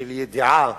של ידיעה